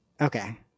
Okay